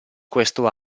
questo